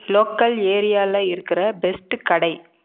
local ஏரியாவில இருக்கிற best கடை